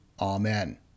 Amen